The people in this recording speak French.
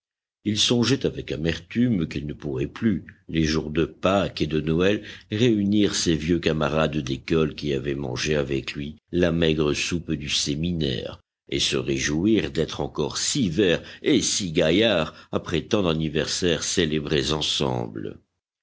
il songeait avec amertume qu'il ne pourrait plus les jours de pâques et de noël réunir ses vieux camarades d'école qui avaient mangé avec lui la maigre soupe du séminaire et se réjouir d'être encore si vert et si gaillard après tant d'anniversaires célébrés ensemble